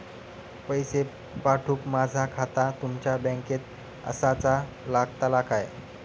पैसे पाठुक माझा खाता तुमच्या बँकेत आसाचा लागताला काय?